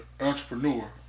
entrepreneur